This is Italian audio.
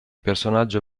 personaggio